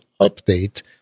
update